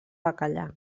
bacallà